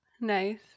Nice